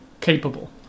capable